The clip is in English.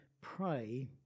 pray